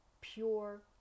pure